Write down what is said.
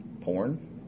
Porn